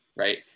right